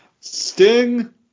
Sting